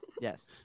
yes